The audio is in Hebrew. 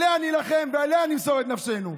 עליה נילחם ועליה נמסור את נפשנו.